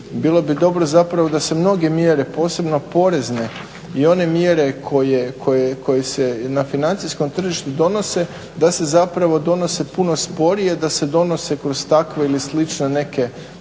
Bilo bi dobro zapravo da se mnoge mjere posebno porezne i one mjere koje se na financijskom tržištu donose, da se zapravo donose puno sporije, da se donose kroz takve ili slične neke